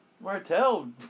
Martell